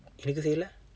எனக்கு செய்யல:enakku seyyala